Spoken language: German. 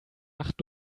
nacht